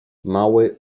mały